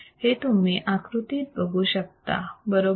हे तुम्ही आकृतीत बघू शकता बरोबर